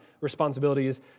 responsibilities